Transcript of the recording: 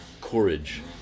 courage